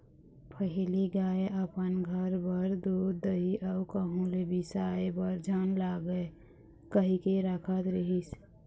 पहिली गाय अपन घर बर दूद, दही अउ कहूँ ले बिसाय बर झन लागय कहिके राखत रिहिस